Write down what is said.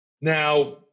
Now